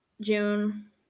June